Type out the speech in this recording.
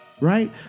right